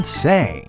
say